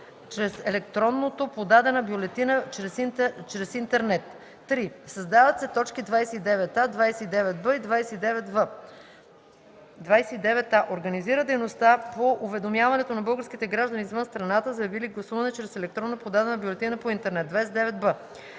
чрез електронното подадена бюлетина чрез интернет ”; 3. Създават се т. 29а, 29б и 29в: „29а. организира дейността по уведомяването на българските граждани извън страната, заявили гласуване чрез електронно подадена бюлетина по интернет; 29б.